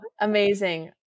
Amazing